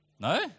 No